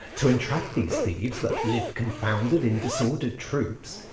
to entrap these thieves that live confounded in disorder'd troops,